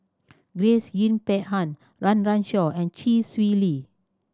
Grace Yin Peck Han Run Run Shaw and Chee Swee Lee